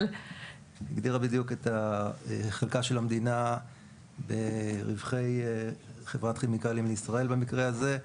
הגדירה בדיוק את חלקה של המדינה ברווחי חברת כימיקלים לישראל במקרה הזה.